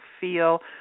feel